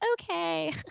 okay